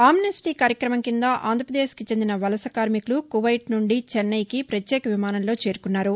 Amnesty కార్యక్రమం కింద ఆంధ్రప్రదేశ్కి చెందిన వలస కార్మికులు కువైట్ నుండి చెన్నెకి ప్రపత్యేక విమానంలో చేరుకున్నారు